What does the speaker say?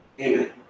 Amen